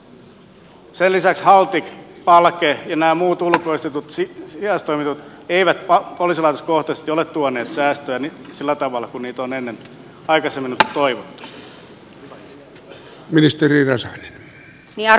sen lisäksi haltik palke ja nämä muut ulkoistetut sijaistoiminnot eivät poliisilaitoskohtaisesti ole tuoneet säästöjä sillä tavalla kuin niitä on aikaisemmin toivottu